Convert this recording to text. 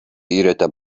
өйрәтә